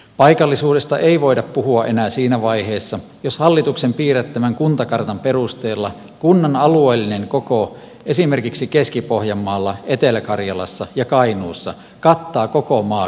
paikallisuudesta ei voida puhua enää siinä vaiheessa jos hallituksen piirrättämän kuntakartan perusteella kunnan alueellinen koko esimerkiksi keski pohjanmaalla etelä karjalassa ja kainuussa kattaa koko maakunnan alueen